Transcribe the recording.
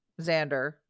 xander